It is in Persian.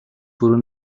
فرو